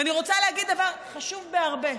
ואני רוצה להגיד דבר חשוב בהרבה.